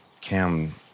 Cam